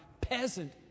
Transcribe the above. peasant